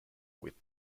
with